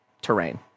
terrain